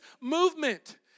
movement